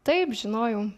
taip žinojau